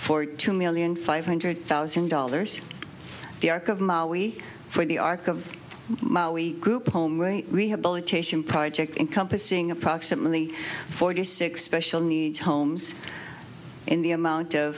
for two million five hundred thousand dollars the arc of maui for the arc of a group home rehabilitation project encompassing approximately forty six special needs homes in the amount of